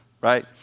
right